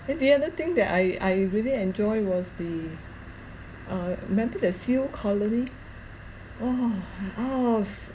then the other thing that I I really enjoy was the uh remember the seal colony !wah! how's